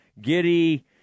Giddy